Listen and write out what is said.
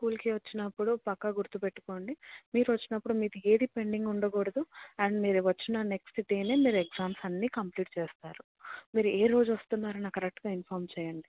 స్కూల్కి వచ్చినప్పుడు పక్కా గుర్తుపెట్టుకోండి మీరు వచ్చినప్పుడు మీకు ఏది పెండింగ్ ఉండకూడదు అండ్ మీరు వచ్చిన నెక్స్ట్ డేనే మీరు ఎగ్జామ్స్ అన్నీ కంప్లీట్ చేస్తారు మీరు ఏ రోజు వస్తున్నారో నాకు కరెక్ట్గా ఇన్ఫార్మ్ చేయండి